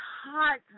hot